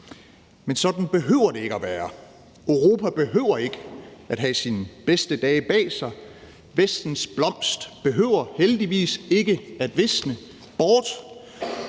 men sådan behøver det ikke at være. Europa behøver ikke at have sine bedste dage bag sig. Vestens blomst behøver heldigvis ikke at visne bort,